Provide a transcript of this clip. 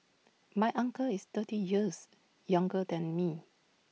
my uncle is thirty years younger than me